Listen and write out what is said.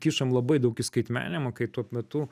kišam labai daug į skaitmeninimą kai tuo metu